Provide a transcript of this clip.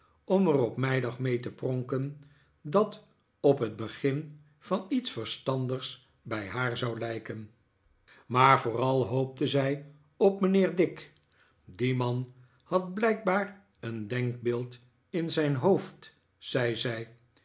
om er op meidag mee te pronken dat op het begin van iets verstandigs bij haar zou lijken maar vooral hoopte zij op mijnheer dick die man had blijkbaar een denkbeeld in zijn hoofd zei